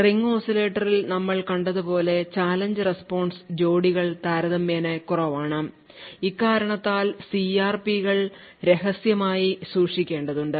ring ഓസിലേറ്ററിൽ നമ്മൾ കണ്ടതുപോലെ ചലഞ്ച് റെസ്പോൺസ് ജോഡികൾ താരതമ്യേന കുറവാണ് ഇക്കാരണത്താൽ CRP കൾ ചലഞ്ച് റെസ്പോൺസ് ജോഡികൾ രഹസ്യമായി സൂക്ഷിക്കേണ്ടതുണ്ട്